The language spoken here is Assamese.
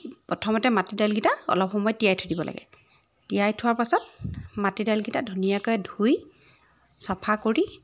প্ৰথমতে মাটিদাইলকেইটা অলপ সময় তিয়াই থৈ দিব লাগে তিয়াই থোৱাৰ পাছত মাটিদাইলকেইটা ধুনীয়াকৈ ধুই চফা কৰি